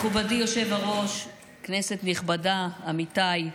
מכובדי היושב-ראש, כנסת נכבדה, עמיתיי,